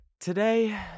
Today